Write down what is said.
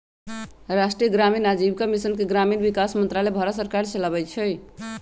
राष्ट्रीय ग्रामीण आजीविका मिशन के ग्रामीण विकास मंत्रालय भारत सरकार चलाबै छइ